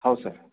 हो सर